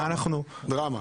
דרמה.